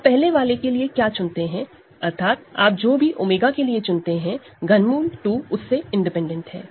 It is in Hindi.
आप पहले वाले के लिए क्या चुनते हैं अर्थात आप जो भी 𝜔 के लिए चुनते हैं ∛ 2 उससे इंडिपैंडेंट है